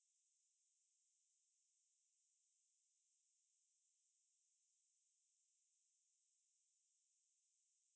ya that's why I say there's no best car like every car has its own speciality you see